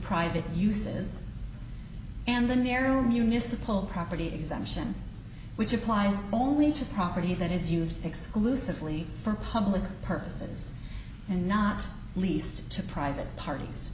private uses and the narrow municipal property exemption which applies only to property that is used exclusively for him purposes and not least to private parties